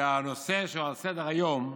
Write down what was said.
והנושא שעל סדר-היום: